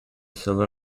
silver